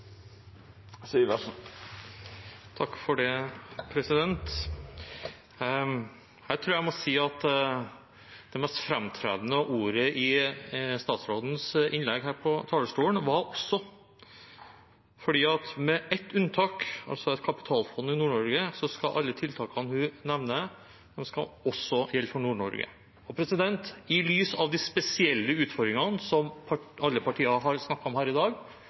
Jeg tror jeg må si at det mest framtredende ordet i statsrådens innlegg her på talerstolen var «også», fordi med ett unntak, et kapitalfond i Nord-Norge, skal alle tiltakene hun nevner, «også» gjelde for Nord-Norge. I lys av de spesielle utfordringene som alle partier har snakket om her i dag,